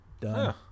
Done